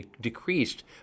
decreased